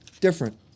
different